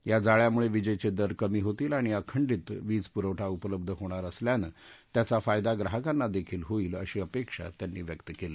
या जाळ्यामुळे वीजेचे दर कमी होतील आणि अखंडित वीजपुरवठा उपलब्ध होणार असल्यानं त्याचा फायदा ग्राहकांना देखील होईल अशी अपेक्षा त्यांनी व्यक्त केली